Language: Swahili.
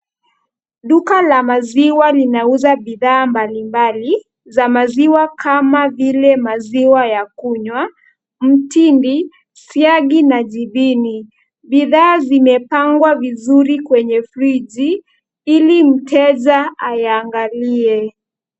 Duka la maziwa linauza bidhaa mbalimbali za maziwa kama vile maziwa ya kunywa, mtindi, siagi na jibini. Bidhaa zimepangwa vizuri kwenye friji ili mteja ayaangalie.